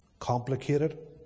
Complicated